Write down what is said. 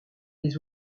les